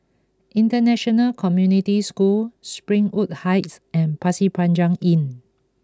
International Community School Springwood Heights and Pasir Panjang Inn